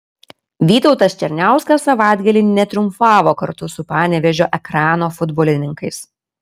vytautas černiauskas savaitgalį netriumfavo kartu su panevėžio ekrano futbolininkais